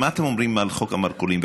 מה אתם אומרים על חוק המרכולים?